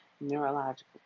neurological